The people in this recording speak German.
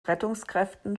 rettungskräften